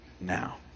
now